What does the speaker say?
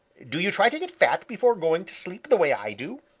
do you try to get fat before going to sleep, the way i do?